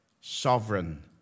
sovereign